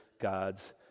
God's